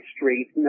Street